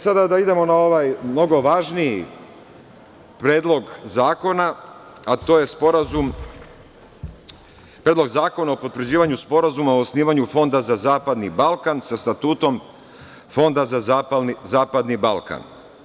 Sada, da idemo na ovaj mnogo važniji predlog zakona, a to je Predlog zakona o potvrđivanju Sporazuma o osnivanju fonda za zapadni Balkan, sa statutom fonda za zapadni Balkan.